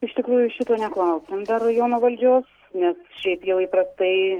iš tikrųjų šito neklausėm dar rajono valdžios nes šiaip jau įprastai